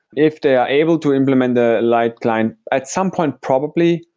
if they are able to implement the light client at some point probably.